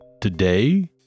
Today